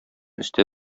өстә